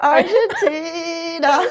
Argentina